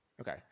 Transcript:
Okay